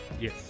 Yes